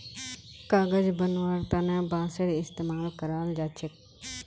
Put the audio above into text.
कागज बनव्वार तने बांसेर इस्तमाल कराल जा छेक